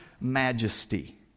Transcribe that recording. majesty